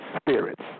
spirits